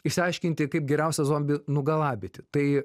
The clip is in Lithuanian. išsiaiškinti kaip geriausia zombį nugalabyti tai